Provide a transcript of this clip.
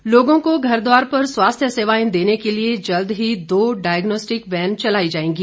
परमार लोगों को घरद्वार पर स्वास्थ्य सेवाएं देने के लिए जल्द ही दो डायग्नोस्टिक वैन चलाई जाएंगी